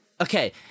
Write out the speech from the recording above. Okay